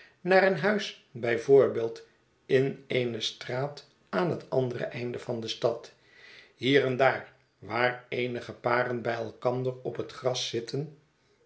naar een huis bij voorbeeld in eene straat aan het andere einde van de stad hier en daar waar eenige paren bij elkander op het gras zitten